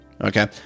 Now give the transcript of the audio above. Okay